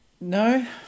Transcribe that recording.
no